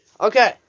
Okay